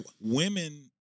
women